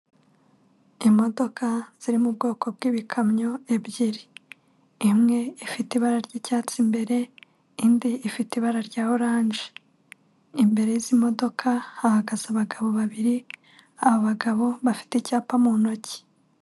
Imodoka ziri mu bwoko bw'ibikamyo ebyiri, imwe ifite ibara ry'icyatsi imbere, indi ifite ibara rya oranje, imbere y'izi modoka hahagaze abagabo babiri, aba bagabo bafite icyapa mu ntoki.